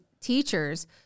teachers